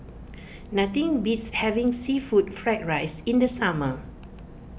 nothing beats having Seafood Fried Rice in the summer